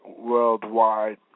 worldwide